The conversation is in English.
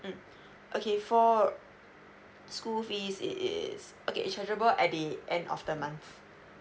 mm okay for school fees is okay is chargeable at the end of the month